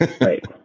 Right